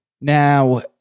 Now